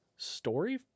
story